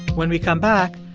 when we come back,